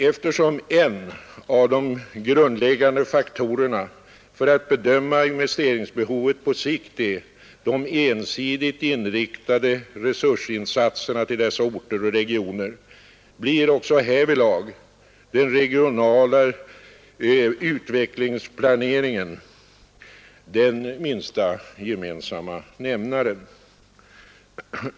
Eftersom en av de grundläggande faktorerna för att bedöma investeringsbehovet på sikt är de ensidigt inriktade resursinsatserna till dessa orter och regioner, blir också härvidlag den regionala utvecklingsplaneringen den minsta gemensamma nämnaren.